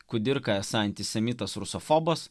kudirka esą antisemitas rusofobas